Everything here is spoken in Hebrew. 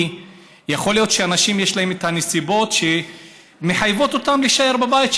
כי יכול להיות שלאנשים יש נסיבות שמחייבות אותם להישאר בבית,